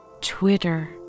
Twitter